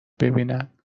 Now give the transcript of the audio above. ببینن